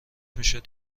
میشد